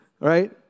right